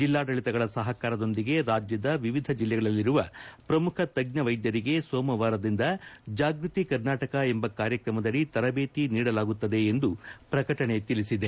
ಜಿಲ್ಲಾಡಳಿತಗಳ ಸಹಕಾರದೊಂದಿಗೆ ರಾಜ್ಯದ ವಿವಿಧ ಜಿಲ್ಲೆಗಳಲ್ಲಿರುವ ಪ್ರಮುಖ ತಜ್ಞ ವೈದ್ಯರಿಗೆ ಸೋಮವಾರದಿಂದ ಜಾಗ್ಟತಿ ಕರ್ನಾಟಕ ಎಂಬ ಕಾರ್ಯಕ್ರಮದಡಿ ತರಬೇತಿ ನೀಡಲಾಗುತ್ತಿದೆ ಎಂದು ಪ್ರಕಟಣೆ ತಿಳಿಸಿದೆ